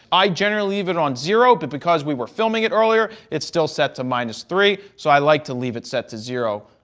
i generally leave it on zero, but because we were filming it earlier. it's still set to minus three, so i like to leave it set to zero.